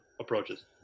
approaches